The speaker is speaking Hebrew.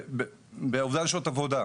באובדן שעות עבודה,